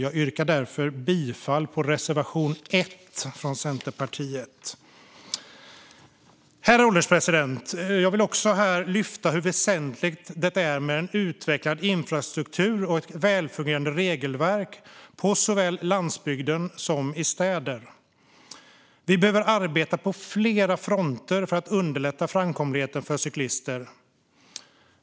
Jag yrkar därför bifall till reservation 1. Herr ålderspresident! Jag ska också ta upp hur väsentligt det är med en utvecklad infrastruktur och ett välfungerande regelverk såväl på landsbygden som i städer. Vi behöver arbeta på flera fronter för att underlätta framkomligheten för cyklister.